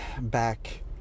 back